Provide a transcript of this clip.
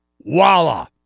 voila